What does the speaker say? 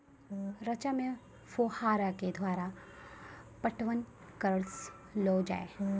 रचा मे फोहारा के द्वारा पटवन करऽ लो जाय?